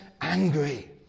angry